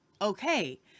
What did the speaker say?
Okay